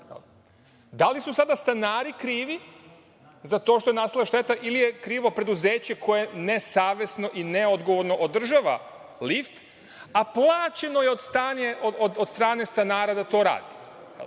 Da li su sada stanari krivi za to što je nastala šteta ili je krivo preduzeće koje nesavesno i neodgovorno održava lift, a plaćeno je od strane stanara da to radi?